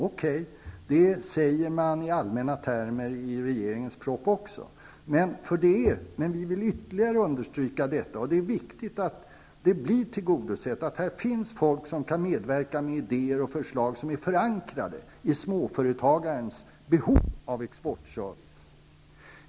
Okej, det säger man också i allmänna ordalag i regeringens proposition, men vi vill ytterligare understryka detta. Det är viktigt att det där finns folk som kan medverka med idéer och förslag som är förankrade i småföretagarens behov av exportservice.